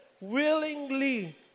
willingly